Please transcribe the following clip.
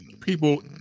people